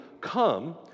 come